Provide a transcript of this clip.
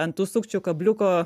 ant tų sukčių kabliuko